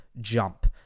jump